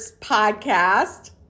podcast